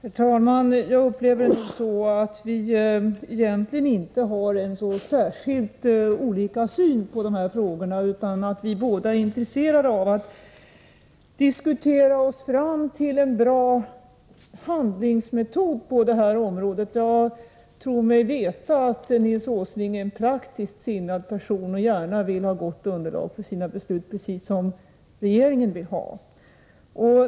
Herr talman! Jag upplever det så att vi egentligen inte har särskilt olika syn på de här frågorna utan att vi båda är intresserade av att diskutera oss fram till en bra handlingsmetod på det här området. Jag tror mig veta att Nils Åsling är en praktiskt sinnad person som gärna vill ha gott underlag för sina beslut, precis som regeringen vill ha.